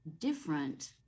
different